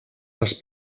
les